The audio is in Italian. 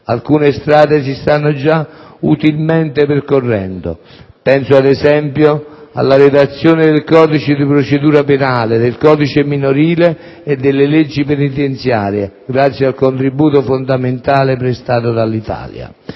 Alcune strade si stanno già utilmente percorrendo: penso, ad esempio, alla redazione del codice di procedura penale, del codice minorile e delle leggi penitenziarie, grazie al contributo fondamentale prestato dall'Italia.